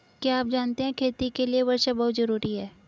क्या आप जानते है खेती के लिर वर्षा बहुत ज़रूरी है?